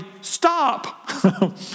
Stop